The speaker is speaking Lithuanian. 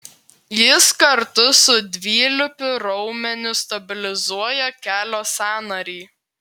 jis kartu su dvilypiu raumeniu stabilizuoja kelio sąnarį